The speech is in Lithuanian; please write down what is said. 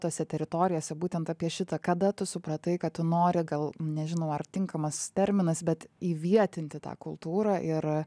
tose teritorijose būtent apie šitą kada tu supratai kad tu nori gal nežinau ar tinkamas terminas bet įvietinti tą kultūrą ir